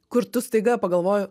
kur tu staiga pagalvoji